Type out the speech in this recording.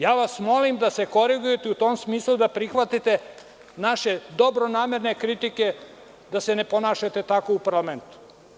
Molim vas da se korigujete i u tom smislu da prihvatite naše dobronamerne kritike da se ne ponašate tako u parlamentu.